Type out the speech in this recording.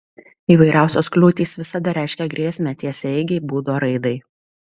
įvairiausios kliūtys visada reiškia grėsmę tiesiaeigei būdo raidai